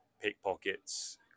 pickpockets